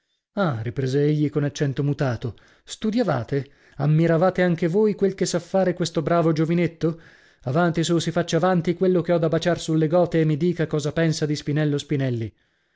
ah riprese egli con accento mutato studiavate ammiravate anche voi quel che sa fare questo bravo giovinetto avanti su si faccia avanti quello che ho da baciar sulle gote e mi dica cosa pensa di spinello spinelli